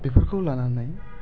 बेफोरखौ लानानै